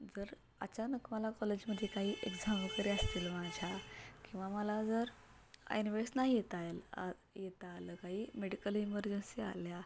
जर अचानक मला कॉलेजमध्ये काही एक्झाम वगैरे असतील माझ्या किंवा मला जर ऐनवेळेस नाही येता आ येता आलं काही मेडिकल इमर्जन्सी आल्या